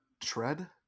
tread